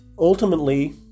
Ultimately